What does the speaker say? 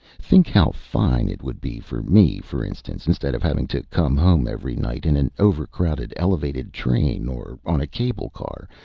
think how fine it would be for me, for instance, instead of having to come home every night in an overcrowded elevated train or on a cable-car,